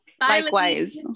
Likewise